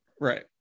Right